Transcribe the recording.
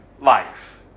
life